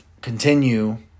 continue